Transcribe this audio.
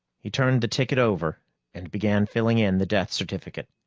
he turned the ticket over and began filling in the death certificate.